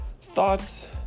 thoughts